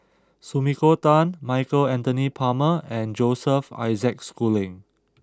Sumiko Tan Michael Anthony Palmer and Joseph Isaac Schooling